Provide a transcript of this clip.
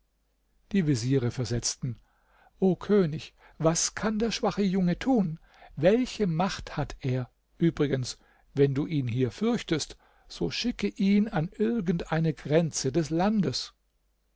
die veziere versetzten o könig was kann der schwache junge tun welche macht hat er übrigens wenn du ihn hier fürchtest so schicke ihn an irgend eine grenze des landes